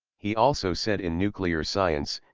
he also said in nuclear science,